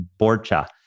Borcha